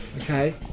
okay